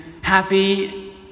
happy